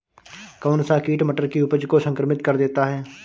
कौन सा कीट मटर की उपज को संक्रमित कर देता है?